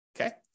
Okay